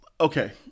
Okay